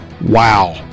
wow